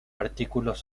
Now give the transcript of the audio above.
artículos